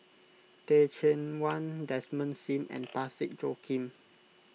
Teh Cheang Wan Desmond Sim and Parsick Joaquim